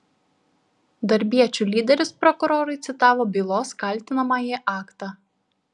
darbiečių lyderis prokurorui citavo bylos kaltinamąjį aktą